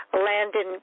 Landon